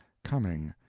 cumming,